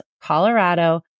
Colorado